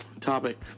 Topic